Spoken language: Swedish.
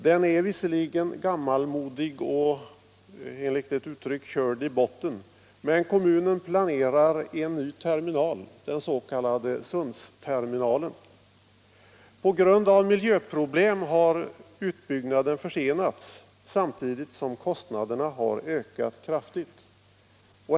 Den är visserligen gammalmodig och — enligt ett uttryck — körd i botten, men kommunen planerar en ny terminal, den s.k. Sundsterminalen. På grund av miljöproblem har utbyggnaden försenats, samtidigt som kostnaderna har ökat kraftigt.